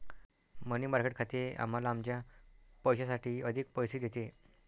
मनी market खाते आम्हाला आमच्या पैशासाठी अधिक पैसे देते